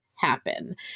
happen